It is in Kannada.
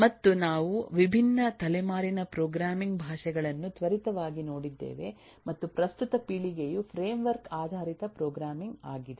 ಮತ್ತು ನಾವುವಿಭಿನ್ನ ತಲೆಮಾರಿನ ಪ್ರೋಗ್ರಾಮಿಂಗ್ ಭಾಷೆಗಳನ್ನು ತ್ವರಿತವಾಗಿ ನೋಡಿದ್ದೇವೆ ಮತ್ತು ಪ್ರಸ್ತುತ ಪೀಳಿಗೆಯು ಫ್ರೇಮ್ವರ್ಕ್ ಆಧಾರಿತ ಪ್ರೋಗ್ರಾಮಿಂಗ್ ಆಗಿದೆ